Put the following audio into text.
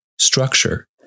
structure